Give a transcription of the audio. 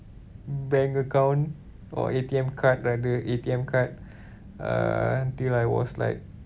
bank account or A_T_M card rather A_T_M card until I was like